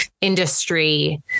industry